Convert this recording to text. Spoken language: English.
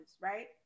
right